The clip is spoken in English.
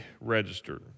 registered